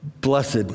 blessed